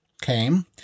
came